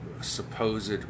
supposed